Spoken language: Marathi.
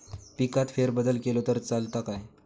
पिकात फेरबदल केलो तर चालत काय?